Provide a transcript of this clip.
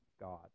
God